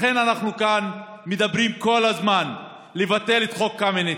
לכן אנחנו כאן מדברים כל הזמן על לבטל את חוק קמיניץ,